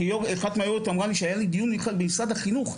כי אחת מהיו"ריות אמרה לי שהיה לי דיון מיוחד במשרד החינוך,